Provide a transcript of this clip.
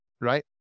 right